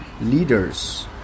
leaders